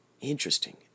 Interesting